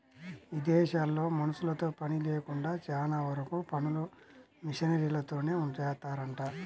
ఇదేశాల్లో మనుషులతో పని లేకుండా చానా వరకు పనులు మిషనరీలతోనే జేత్తారంట